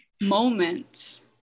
moments